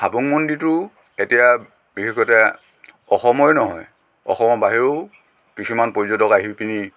হাবুং মন্দিৰটো এতিয়া বিশেষতে অসমৰেই নহয় অসমৰ বাহিৰৰো কিছুমান পৰ্যটক আহি পিনে